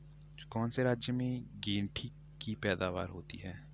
कौन से राज्य में गेंठी की पैदावार होती है?